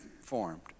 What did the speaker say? formed